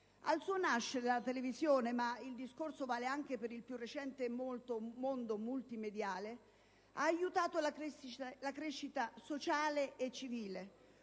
Al suo nascere, la televisione - ma il discorso vale anche per il più recente mondo multimediale - ha aiutato la crescita sociale e civile